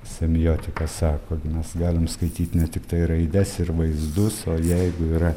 semiotika sako mes galim skaityt ne tiktai raides ir vaizdus o jeigu yra